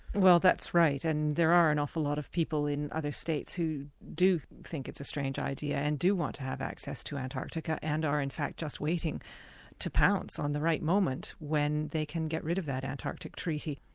well that's right, and there are an awful lot of people in other states who do think it's a strange idea, and do want to have access to antarctica and are in fact just waiting to pounce on the right moment when they can get rid of that antarctic treaty.